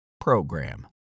program